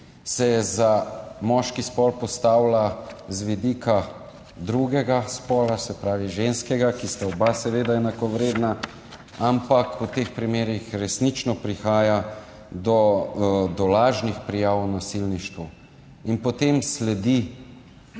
se je za moški spol postavila z vidika drugega spola, se pravi ženskega, oba sta seveda enakovredna, ampak v teh primerih resnično prihaja do lažnih prijav o nasilništvu. In potem sledijo